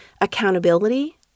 accountability